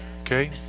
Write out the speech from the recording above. Okay